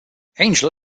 angel